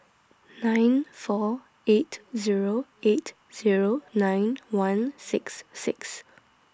nine four eight Zero eight Zero nine one six six